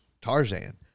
Tarzan